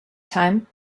time